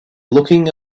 looking